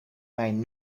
mijn